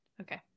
Okay